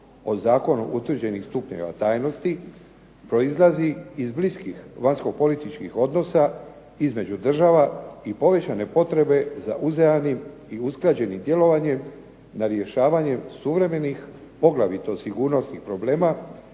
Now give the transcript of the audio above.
od zakonom utvrđenih stupnjeva tajnosti proizlazi iz bliskih vanjskopolitičkih odnosa između država i povećane potrebe za uzajamnih i usklađenim djelovanjem na rješavanjem suvremenih poglavito sigurnosnih problema